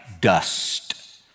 Dust